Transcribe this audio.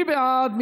מי בעד?